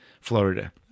Florida